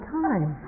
time